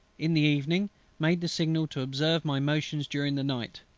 in the evening made the signal to observe my motions during the night